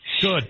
Good